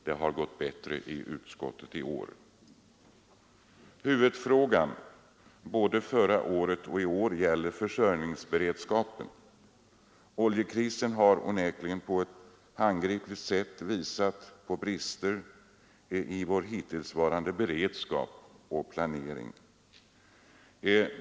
Det har gått bättre i utskottet i år. Huvudfrågan, både förra året och i år, gäller försörjningsberedskapen. Oljekrisen har onekligen på ett handgripligt sätt visat på brister i vår hittillsvarande beredskap och planering.